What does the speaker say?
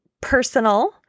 personal